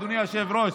אדוני היושב-ראש,